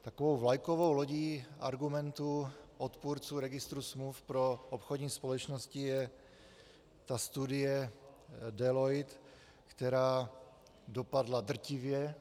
Takovou vlajkovou lodí argumentů odpůrců registru smluv pro obchodní společnosti je studie Deloitte, která dopadla drtivě.